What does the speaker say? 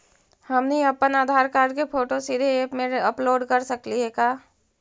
हमनी अप्पन आधार कार्ड के फोटो सीधे ऐप में अपलोड कर सकली हे का?